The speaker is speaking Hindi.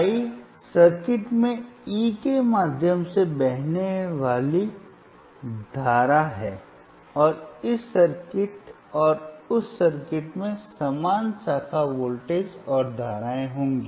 I सर्किट में E के माध्यम से बहने वाला करंट है और इस सर्किट और उस सर्किट में समान शाखा वोल्टेज और धाराएं होंगी